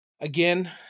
again